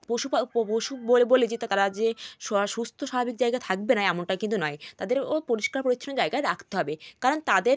পশু পশু বলে বলে যে তারা যে সুয়া সুস্ত স্বাভাবিক জায়গায় থাকবে না এমনটা কিন্তু নয় তাদেরও পরিষ্কার পরিচ্ছন্ন জায়গায় রাখতে হবে কারণ তাদের